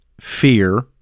fear